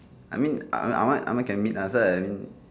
I mean uh ahmad ahmad can meet ah so I mean